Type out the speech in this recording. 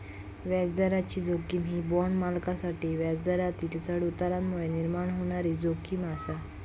व्याजदराची जोखीम ही बाँड मालकांसाठी व्याजदरातील चढउतारांमुळे निर्माण होणारी जोखीम आसा